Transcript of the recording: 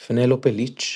/ פנלופה ליץ'.